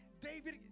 David